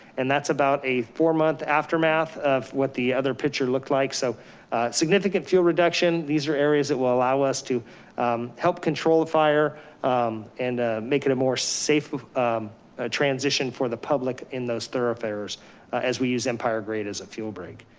and that's about a four month aftermath of what the other picture looked like. so a significant fuel reduction, these are areas that will allow us to help control the fire and make it a more safe transition for the public in those thoroughfares as we use empire grade as a fuel break.